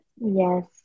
Yes